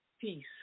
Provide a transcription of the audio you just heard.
Peace